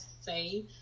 say